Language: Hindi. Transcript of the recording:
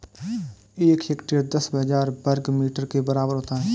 एक हेक्टेयर दस हज़ार वर्ग मीटर के बराबर होता है